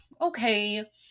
okay